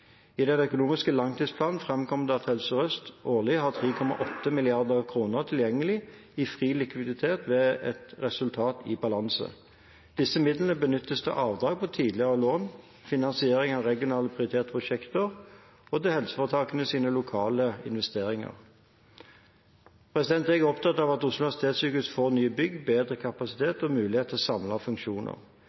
I de økonomiske langtidsplanene framkommer det at Helse Sør-Øst årlig har 3,8 mrd. kr tilgjengelig i fri likviditet ved et resultat i balanse. Disse midlene benyttes til avdrag på tidligere lån, finansiering av regionalt prioriterte prosjekter og til helseforetakenes lokale investeringer. Jeg er opptatt av at Oslo universitetssykehus får nye bygg, bedre kapasitet og mulighet til å samle funksjoner.